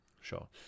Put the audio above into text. sure